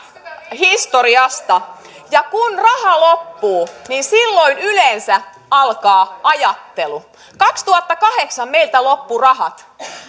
historiasta ja kun raha loppuu niin silloin yleensä alkaa ajattelu vuonna kaksituhattakahdeksan meiltä loppuivat rahat